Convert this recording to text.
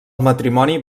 matrimoni